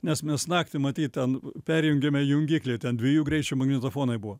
nes mes naktį matyt ten perjungėme jungiklį ten dviejų greičių magnetofonai buvo